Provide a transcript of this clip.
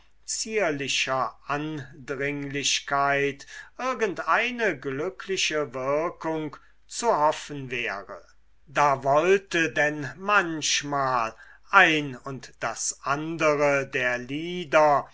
zierlicher andringlichkeit irgendeine glückliche wirkung zu hoffen wäre da wollte denn manchmal ein und das andere der lieder